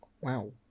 Wow